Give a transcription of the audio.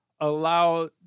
allow